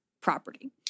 property